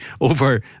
over